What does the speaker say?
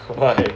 what